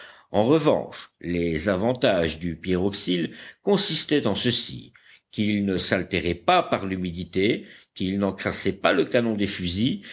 en revanche les avantages du pyroxyle consistaient en ceci qu'il ne s'altérait pas par l'humidité qu'il n'encrassait pas le canon des fusils